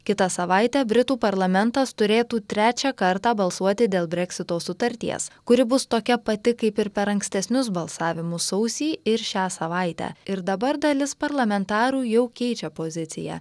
kitą savaitę britų parlamentas turėtų trečią kartą balsuoti dėl breksito sutarties kuri bus tokia pati kaip ir per ankstesnius balsavimus sausį ir šią savaitę ir dabar dalis parlamentarų jau keičia poziciją